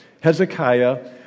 Hezekiah